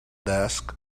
desk